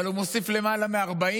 אבל הוא מוסיף למעלה מ-40